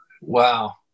Wow